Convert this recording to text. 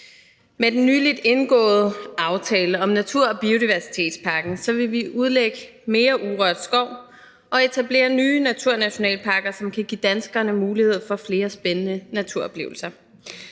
Med den nyligt indgåede aftale om natur- og biodiversitetspakken vil vi udlægge mere urørt skov og etablere nye naturnationalparker, som kan give danskerne mulighed for flere spændende naturoplevelser.